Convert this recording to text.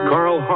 Carl